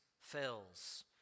fails